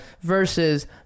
Versus